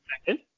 second